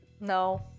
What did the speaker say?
No